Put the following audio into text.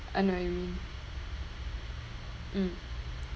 I know what you mean mm